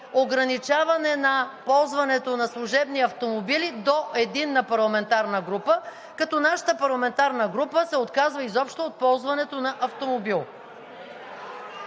ограничаване на ползването на служебни автомобили до един на парламентарна група, като нашата парламентарна група се отказва изобщо от ползването на автомобил.